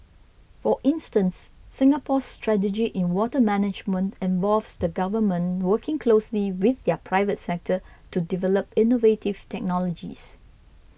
for instance Singapore's strategy in water management involves the Government working closely with the private sector to develop innovative technologies